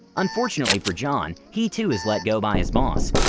unfortunately for john, he too is let go by his boss.